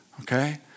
Okay